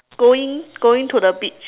going going to the beach